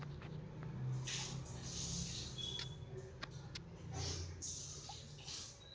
ಸಾಮಾನ್ಯವಾಗಿ ಹೊಲದಾಗ ಬೆಳದ ಹಣ್ಣು, ಕಾಯಪಲ್ಯ, ಕಾಳು ಕಡಿಗಳನ್ನ ಉತ್ಪನ್ನ ಅಂತ ಕರೇತಾರ